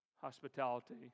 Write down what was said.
hospitality